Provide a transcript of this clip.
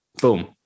Boom